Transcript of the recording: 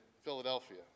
Philadelphia